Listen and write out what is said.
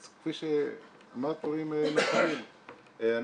אז כפי שאמרת --- אנחנו